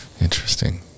Interesting